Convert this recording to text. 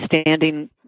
standing